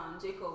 Jacob